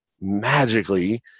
magically